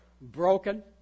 broken